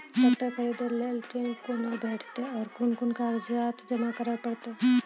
Tractor खरीदै लेल ऋण कुना भेंटते और कुन कुन कागजात जमा करै परतै?